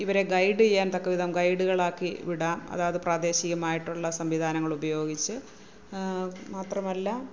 ഇവരെ ഗൈഡ് ചെയ്യാൻ തക്കവിധം ഗൈഡുകളാക്കി വിടുക അതാത് പ്രാദേശികമായിട്ടുള്ള സംവിധാങ്ങൾ ഉപയോഗിച്ച് മാത്രമല്ല